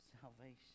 salvation